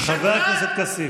חבר הכנסת כסיף.